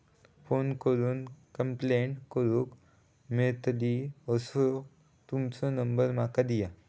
Phone करून complaint करूक मेलतली असो तुमचो नंबर माका दिया?